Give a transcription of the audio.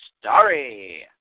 story